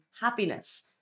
happiness